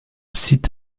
site